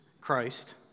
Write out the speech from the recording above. Christ